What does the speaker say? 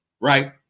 right